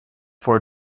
four